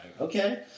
Okay